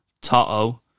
Toto